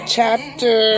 Chapter